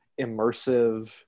immersive